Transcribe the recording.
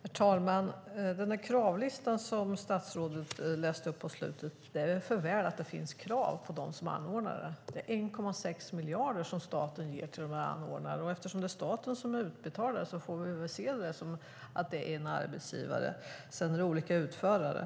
Herr talman! När det gäller den kravlista som statsrådet läste upp på slutet är det väl för väl att det finns krav på dem som är anordnare. Staten ger 1,6 miljarder till dessa anordnare, och eftersom det är staten som är utbetalare så får vi väl se det som att staten är arbetsgivare, även om det är olika utförare.